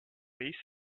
visa